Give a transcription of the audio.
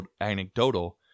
anecdotal